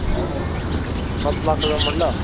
अट्ठ लक्ख रपेआ मरला